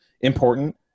important